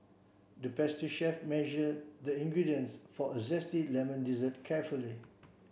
the pastry chef measured the ingredients for a zesty lemon dessert carefully